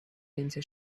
into